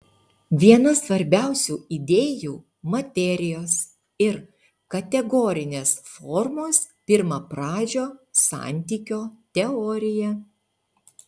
viena svarbiausių idėjų materijos ir kategorinės formos pirmapradžio santykio teorija